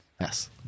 Yes